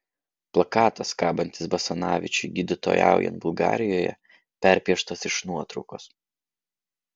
plakatas kabantis basanavičiui gydytojaujant bulgarijoje perpieštas iš nuotraukos